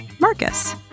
Marcus